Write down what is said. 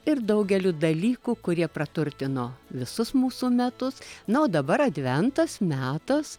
ir daugeliu dalykų kurie praturtino visus mūsų metus na o dabar adventas metas